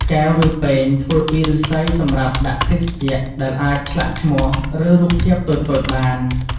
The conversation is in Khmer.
កែវ ឬពែង ធ្វើពីឫស្សីសម្រាប់ដាក់ភេសជ្ជៈ ដែលអាចឆ្លាក់ឈ្មោះ ឬរូបភាពតូចៗបាន។